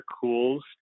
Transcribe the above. cools